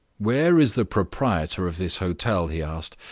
where is the proprietor of this hotel? he asked,